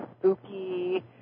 spooky